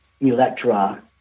Electra